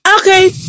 okay